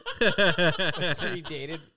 predated